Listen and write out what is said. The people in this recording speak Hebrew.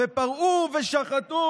חברי הכנסת,